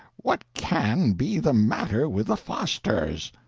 what can be the matter with the fosters?